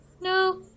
No